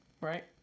Right